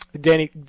Danny